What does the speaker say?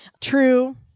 True